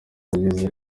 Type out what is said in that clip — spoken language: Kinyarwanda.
agize